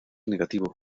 negativo